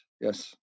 yes